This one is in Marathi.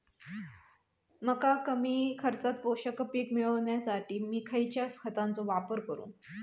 मका कमी खर्चात पोषक पीक मिळण्यासाठी मी खैयच्या खतांचो वापर करू?